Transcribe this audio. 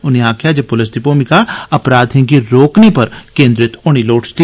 उनें आक्खेआ जे पुलस दी भूमिका अपराधें गी रोकने पर केंद्रित होनी लोड़चदी